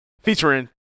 featuring